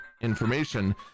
information